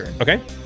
Okay